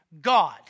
God